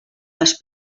les